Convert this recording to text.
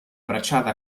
bracciata